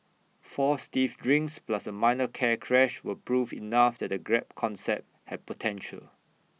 four stiff drinks plus A minor car crash were proof enough that the grab concept had potential